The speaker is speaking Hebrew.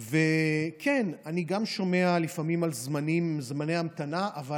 כן, אני גם שומע לפעמים על זמני המתנה, אבל,